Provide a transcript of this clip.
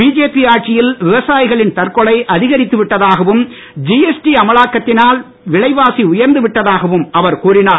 BJP ஆட்சியில் விவசாயிகளின் தற்கொலை அதிகரித்து விட்டதாகவும் ஜிஎஸ்டி அமலாக்கத்தினால் விலை வாசி உயர்ந்து விட்டதாகவும் அவர் கூறினார்